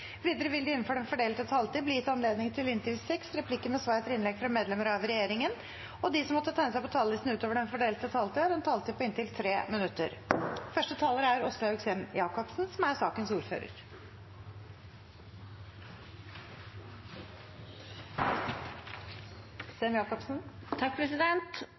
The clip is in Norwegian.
Videre vil det – innenfor den fordelte taletid – bli gitt anledning til inntil tre replikker med svar etter innlegg fra partienes hovedtalere og inntil seks replikker med svar etter innlegg fra medlemmer av regjeringen, og de som måtte tegne seg på talerlisten utover den fordelte taletid, får en taletid på inntil 3 minutter.